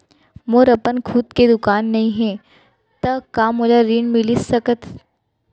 मोर अपन खुद के दुकान नई हे त का मोला ऋण मिलिस सकत?